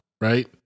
right